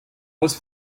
was